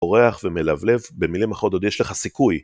אורח ומלבלב, במילים אחרות עוד יש לך סיכוי.